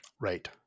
Right